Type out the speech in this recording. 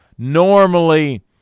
Normally